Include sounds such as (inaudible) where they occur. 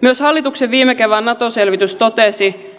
myös hallituksen viime kevään nato selvitys totesi (unintelligible)